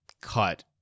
cut